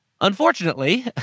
Unfortunately